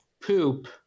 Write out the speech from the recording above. poop